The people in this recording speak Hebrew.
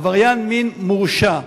לעבריין מין מורשע.